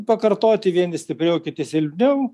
pakartoti vieni stipriau kiti silpniau